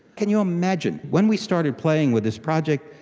can you imagine, when we started playing with this project,